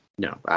No